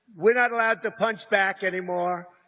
we're not allowed to punch back anymore.